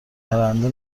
پرنده